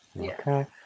Okay